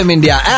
India